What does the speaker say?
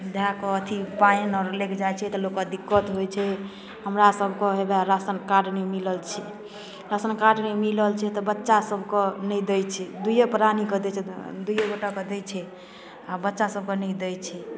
धऽ कऽ अथी पानि आओर लागि जाए छै तऽ लोकके दिक्कत होइ छै हमरासभके हेबे राशन कार्ड नहि मिलल छै राशन कार्ड नहि मिलल छै तऽ बच्चासभके नहि दै छै दुइए प्राणीके दै छै दुइए गोटाके दै छै आओर बच्चासभके नहि दै छै